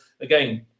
again